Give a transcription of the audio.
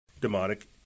demonic